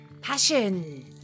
Passion